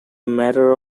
matter